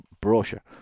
brochure